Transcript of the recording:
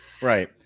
right